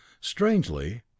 Strangely